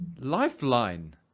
lifeline